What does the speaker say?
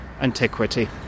antiquity